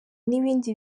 n’ibindi